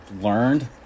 learned